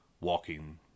walking